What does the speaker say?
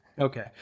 Okay